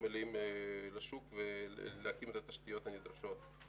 החשמליים לשוק ולהקים את התשתיות החדשות.